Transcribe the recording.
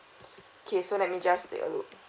okay so let me just take a look